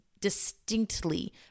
distinctly